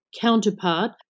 counterpart